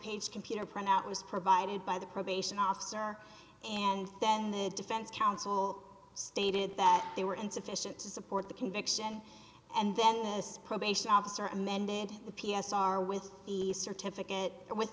page computer printout was provided by the probation officer and then the defense counsel stated that they were insufficient to support the conviction and then this probation officer amended the p s r with the certificate